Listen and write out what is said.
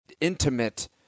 intimate